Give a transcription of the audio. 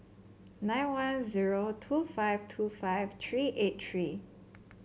nine one zero two five two five three eight three